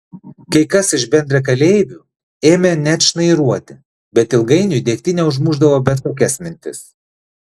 kai kas iš bendrakeleivių ėmė net šnairuoti bet ilgainiui degtinė užmušdavo bet kokias mintis